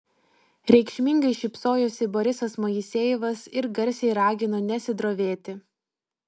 reikšmingai šypsojosi borisas moisejevas ir garsiai ragino nesidrovėti